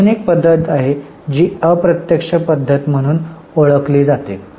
अजून एक पद्धत आहे जी अप्रत्यक्ष पद्धत म्हणून ओळखली जाते